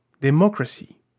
democracy